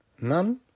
None